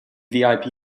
vip